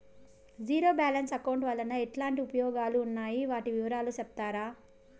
Zero balance account వలన ఎట్లాంటి ఉపయోగాలు ఉన్నాయి? వాటి వివరాలు సెప్తారా?